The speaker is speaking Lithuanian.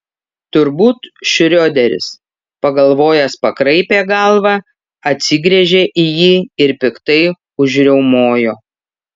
turbūt šrioderis pagalvojęs pakraipė galvą atsigręžė į jį ir piktai užriaumojo